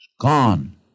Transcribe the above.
gone